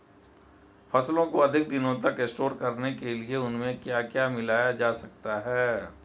फसलों को अधिक दिनों तक स्टोर करने के लिए उनमें क्या मिलाया जा सकता है?